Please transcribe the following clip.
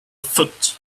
foot